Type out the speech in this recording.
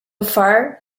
far